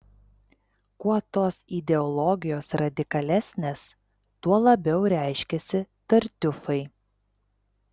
kuo tos ideologijos radikalesnės tuo labiau reiškiasi tartiufai